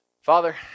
Father